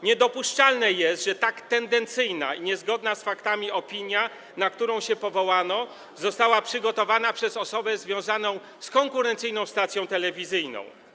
Niedopuszczalne jest, że tak tendencyjna i niezgodna z faktami opinia, na którą się powołano, została przygotowana przez osobę związaną z konkurencyjną stacją telewizyjną.